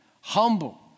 humble